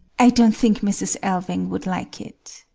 i don't think mrs. alving would like it.